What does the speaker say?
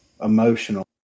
emotional